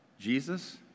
Jesus